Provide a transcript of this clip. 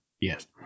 Yes